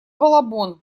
балабон